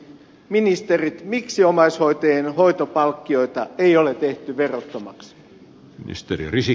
ministerit miksi omaishoitajien hoitopalkkioita ei ole tehty verottomiksi